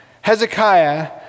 Hezekiah